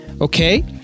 okay